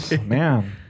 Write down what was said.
man